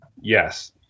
yes